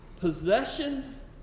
Possessions